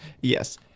Yes